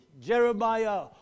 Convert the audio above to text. Jeremiah